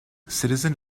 citizen